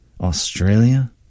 Australia